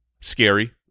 scary